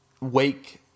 wake